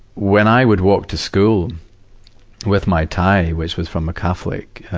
when i would walk to school with my tie, which was from a catholic, ah,